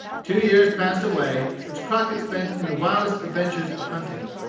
two years passed away, which crockett spent in the wildest adventures of hunting.